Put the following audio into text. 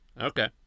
Okay